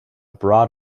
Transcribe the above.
broad